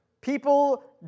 people